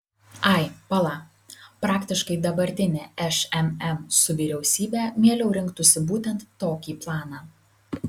ai pala praktiškai dabartinė šmm su vyriausybe mieliau rinktųsi būtent tokį planą